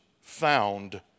found